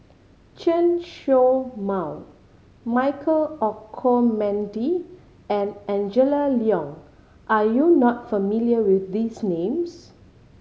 Chen Show Mao Michael Olcomendy and Angela Liong are you not familiar with these names